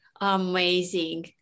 Amazing